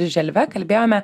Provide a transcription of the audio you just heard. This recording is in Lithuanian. želve kalbėjome